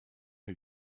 who